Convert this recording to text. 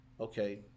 okay